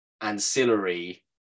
ancillary